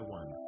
one